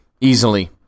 Easily